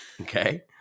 Okay